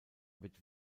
wird